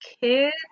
kids